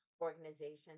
organizations